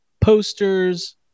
posters